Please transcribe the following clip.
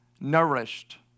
nourished